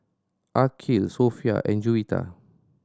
Aqil Sofea and Juwita